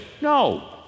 No